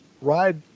ride